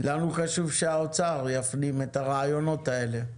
לנו חשוב שהאוצר יפנים את הרעיונות האלה.